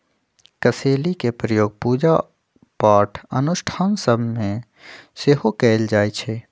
कसेलि के प्रयोग पूजा पाठ अनुष्ठान सभ में सेहो कएल जाइ छइ